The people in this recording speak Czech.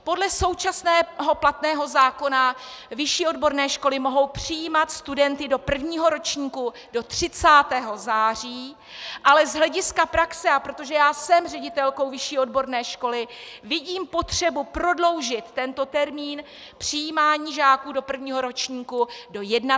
Podle současného platného zákona vyšší odborné školy mohou přijímat studenty do prvního ročníku do 30. září, ale z hlediska praxe, protože jsem ředitelkou vyšší odborné školy, vidím potřebu prodloužit tento termín přijímání žáků do prvního ročníku do 31. října.